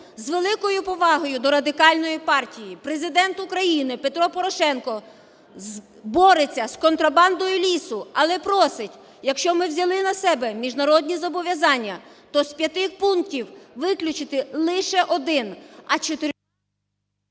з великою повагою до Радикальної партії Президент України Петро Порошенко бореться з контрабандою лісу, але просить, якщо ми взяли на себе міжнародні зобов'язання, то з п'яти пунктів виключити лише один, а… ГОЛОВУЮЧИЙ.